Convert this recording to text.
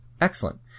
Excellent